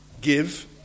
give